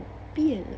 变 uh